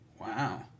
Wow